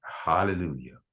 hallelujah